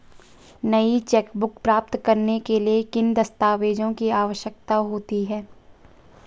नई चेकबुक प्राप्त करने के लिए किन दस्तावेज़ों की आवश्यकता होती है?